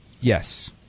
Yes